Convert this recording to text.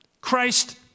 Christ